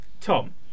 Tom